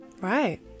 Right